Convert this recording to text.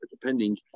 depending